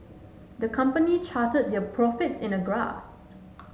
the company charted their profits in a graph